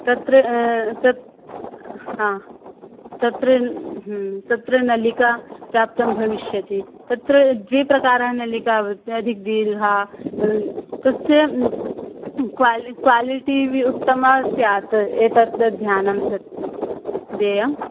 तत्र तत् हा तत्र तत्र नलिका प्राप्तं भविष्यति तत्र द्विप्रकाराः नलिका भवति अधिका दीर्घा तस्य क्वा क्वालिटि अपि उत्तमा स्यात् एतद् ध्यानं दत् देयं